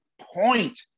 point